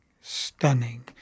stunning